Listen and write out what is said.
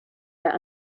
that